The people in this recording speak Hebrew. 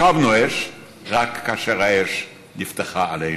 השבנו אש רק כאשר האש נפתחה עלינו.